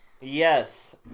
Yes